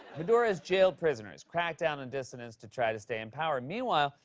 maduro has jailed prisoners, cracked down on dissidents to try to stay in power. meanwhile,